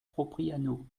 propriano